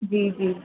जी जी